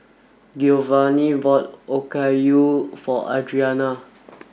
Giovanny bought Okayu for Audrina